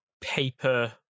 paper